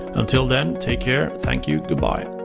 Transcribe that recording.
until then, take care! thank you! good bye!